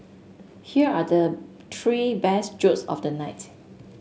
here are the three best jokes of the night